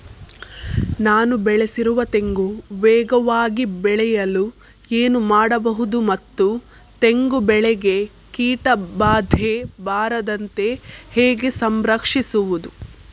ನಾನು ಬೆಳೆಸಿರುವ ತೆಂಗು ವೇಗವಾಗಿ ಬೆಳೆಯಲು ಏನು ಮಾಡಬಹುದು ಮತ್ತು ತೆಂಗು ಬೆಳೆಗೆ ಕೀಟಬಾಧೆ ಬಾರದಂತೆ ಹೇಗೆ ಸಂರಕ್ಷಿಸುವುದು?